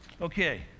Okay